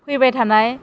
फैबाय थानाय